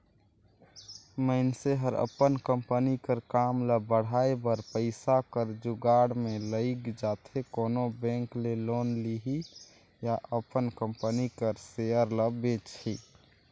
मइनसे हर अपन कंपनी कर काम ल बढ़ाए बर पइसा कर जुगाड़ में लइग जाथे कोनो बेंक ले लोन लिही या अपन कंपनी कर सेयर ल बेंचही